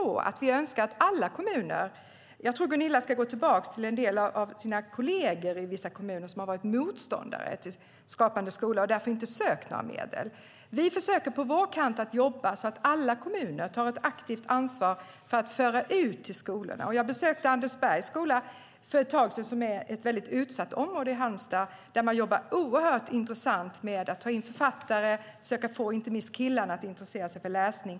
Jag tycker att Gunilla ska gå till en del av sina kolleger i vissa kommuner, som har varit motståndare till Skapande skola och därför inte har sökt några medel. På vår kant försöker vi jobba så att alla kommuner tar ett aktivt ansvar för att föra ut till skolorna. Jag besökte Andersbergs skola för ett tag sedan. Den ligger i ett väldigt utsatt område i Halmstad. Där jobbar man oerhört engagerat med att ta in författare och med att få inte minst killarna att intressera sig för läsning.